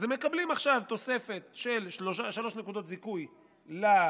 אז הם מקבלים עכשיו תוספת של שלוש נקודות זיכוי לגבר,